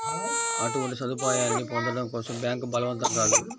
అటువంటి సదుపాయాన్ని పొందడం కోసం బ్యాంక్ బలవంతం కాదు